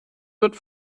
wird